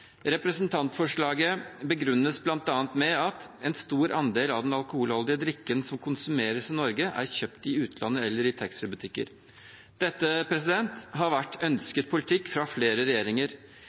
Representantforslaget begrunnes bl.a. med at en stor andel av den alkoholholdige drikken som konsumeres i Norge, er kjøpt i utlandet eller i taxfree-butikker. Dette har vært ønsket politikk fra flere regjeringer.